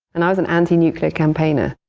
and i was an anti-nuclear campaigner.